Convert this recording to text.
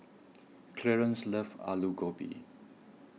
Clarance loves Alu Gobi